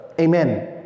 Amen